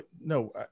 no